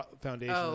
Foundation